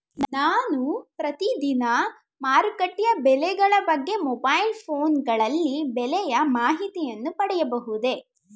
ನಾನು ಪ್ರತಿದಿನ ಮಾರುಕಟ್ಟೆಯ ಬೆಲೆಗಳ ಬಗ್ಗೆ ಮೊಬೈಲ್ ಫೋನ್ ಗಳಲ್ಲಿ ಬೆಲೆಯ ಮಾಹಿತಿಯನ್ನು ಪಡೆಯಬಹುದೇ?